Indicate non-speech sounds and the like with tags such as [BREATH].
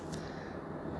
[BREATH]